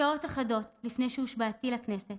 שעות אחדות לפני שהושבעתי לכנסת